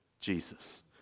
Jesus